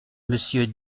monsieur